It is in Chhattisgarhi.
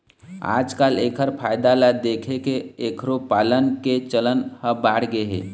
आजकाल एखर फायदा ल देखके एखरो पालन के चलन ह बाढ़गे हे